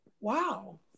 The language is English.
wow